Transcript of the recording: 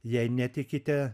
jei netikite